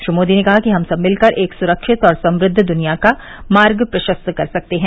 श्री मोदी ने कहा कि हम सब मिलकर एक सुरक्षित और समुद्व दुनिया का मार्ग प्रशस्त कर सकते हैं